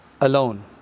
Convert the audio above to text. alone